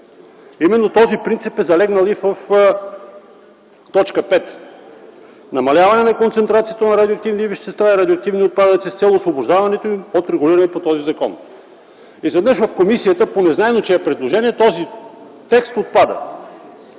Именно този принцип е залегнал и в т. 5 – намаляване на концентрацията на радиоактивни вещества и радиоактивни отпадъци с цел освобождаването им от регулиране по този закон. Изведнъж в комисията по незнайно чие предложение този текст отпада.